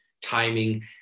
timing